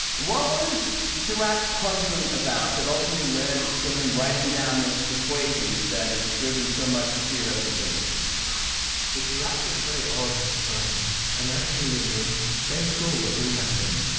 what was direct puzzling about that ultimately led to him writing down this equation that has driven so much of theoretical physics so dirac was very odd person and um actually in the same school that we met in.